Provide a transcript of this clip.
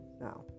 now